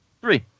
Three